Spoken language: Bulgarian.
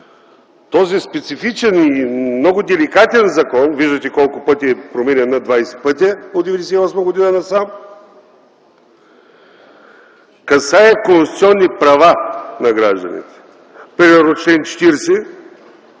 Този специфичен и много деликатен закон – виждате че е променян над 20 пъти от 1998 г. насам, касае конституционни права на гражданите. Примерно чл. 40,